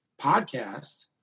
podcast